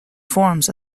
forms